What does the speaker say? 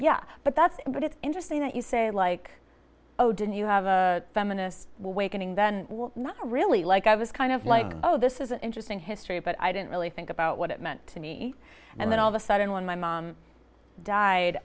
yeah but that's but it's interesting that you say like oh did you have a feminist wakening then not really like i was kind of like oh this is an interesting history but i didn't really think about what it meant to me and then all of a sudden when my mom died